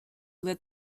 lit